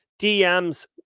dms